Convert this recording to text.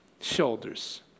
shoulders